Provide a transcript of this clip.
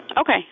Okay